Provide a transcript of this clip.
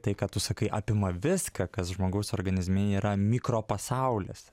tai ką tu sakai apima viską kas žmogaus organizme yra mikro pasaulis